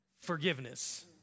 Forgiveness